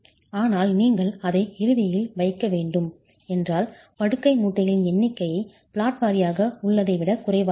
ஆனால் நீங்கள் அதை இறுதியில் வைக்க வேண்டும் என்றால் படுக்கை மூட்டுகளின் எண்ணிக்கை பிளாட் வாரியாக உள்ளதை விட குறைவாக இருக்கும்